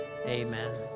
Amen